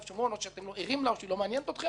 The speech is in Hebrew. אתם לא ערים לה או היא לא מעניינת אתכם וזה בסדר,